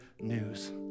news